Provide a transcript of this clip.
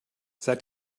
seid